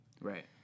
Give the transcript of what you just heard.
Right